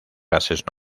gases